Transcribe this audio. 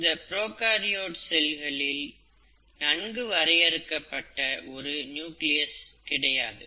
இந்த ப்ரோகாரியோட் செல்லில் நன்கு வரையறுக்கப்பட்ட ஒரு நியூக்ளியஸ் கிடையாது